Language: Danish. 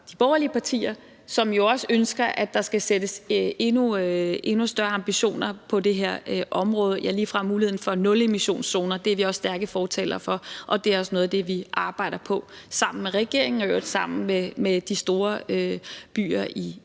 de borgerlige partier, som jo også ønsker, at der skal fastsættes endnu større ambitioner på det her område – ja, ligefrem muligheden for nulemissionszoner. Det er vi også stærke fortalere for, og det er også noget af det, vi arbejder på sammen med regeringen og i øvrigt sammen med de store byer i